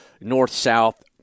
north-south